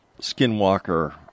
skinwalker